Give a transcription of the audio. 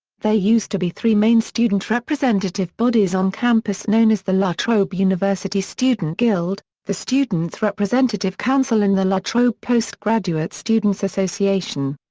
there used to be three main student representative bodies on campus known as the la trobe university student guild, the student's representative council and the la trobe postgraduate student's association.